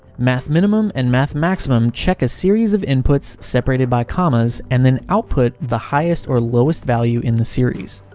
math minimum and math maximum check a series of inputs, separated by commas, and then output the highest or lowest value in the series.